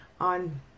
on